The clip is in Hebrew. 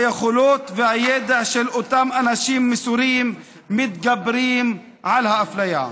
היכולות והידע של אותם אנשים מסורים מתגברים על האפליה.